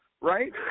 right